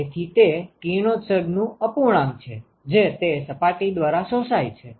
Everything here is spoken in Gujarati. તેથી તે કિરણોત્સર્ગ નું અપૂર્ણાંક છે જે તે સપાટી દ્વારા શોષાય છે